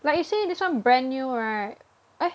like you see this one brand new right eh